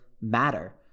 matter